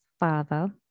Father